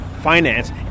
finance